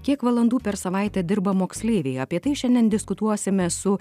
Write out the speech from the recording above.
kiek valandų per savaitę dirba moksleiviai apie tai šiandien diskutuosime su